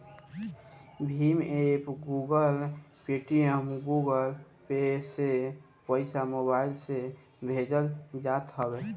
Bhim app, Google, Paytm, Google Pay से पईसा mobile से भेजल जात हवे